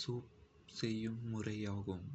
பக்க உணவுகள்.